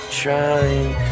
trying